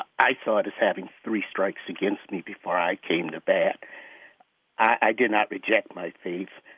i thought, as having three strikes against me before i came to bat i did not reject my faith.